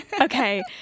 Okay